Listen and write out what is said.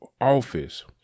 office